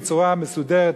בצורה מסודרת,